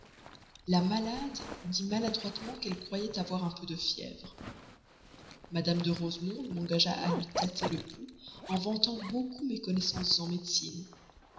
la malade dit maladroitement qu'elle croyait avoir un peu de fièvre mme de rosemonde m'engagea à lui tâter le pouls en vantant beaucoup mes connaissances en médecine